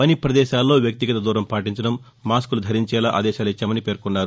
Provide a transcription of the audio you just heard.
పని ప్రదేశాల్లో వ్యక్తిగత దూరం పాటించడం మాస్క్లు ధరించేలా ఆదేశాలిచ్చామని పేర్కొన్నారు